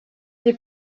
des